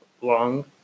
long